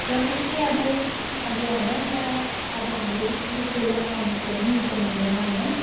र त्यस्तै अब अब हैन तर अब हामीले बेसी जस्तो इलक्ट्रोनिक्सहरू पनि युज गर्नु हुँदैन हैन